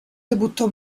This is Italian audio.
debuttò